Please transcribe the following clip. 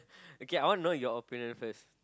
okay I want to know your opinion first